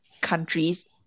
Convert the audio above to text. countries